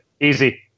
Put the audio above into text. Easy